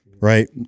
right